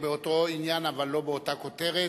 באותו עניין אבל לא באותה כותרת,